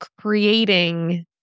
creating